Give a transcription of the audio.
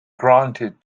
granted